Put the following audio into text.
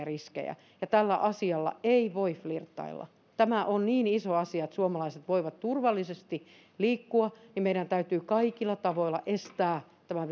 riskejä ja tällä asialla ei voi flirttailla tämä on niin iso asia että suomalaiset voivat turvallisesti liikkua meidän täytyy kaikilla tavoilla estää tämän